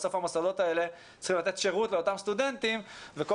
בסוף המוסדות האלה צריכים לתת שירות לאותם סטודנטים וכל